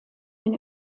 den